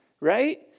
Right